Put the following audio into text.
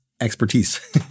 expertise